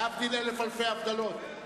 להבדיל אלף אלפי הבדלות,